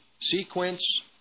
sequence